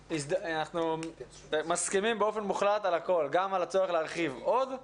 אנחנו מסכימים באופן מוחלט על הכול גם על הצורך להרחיב עוד.